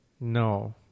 no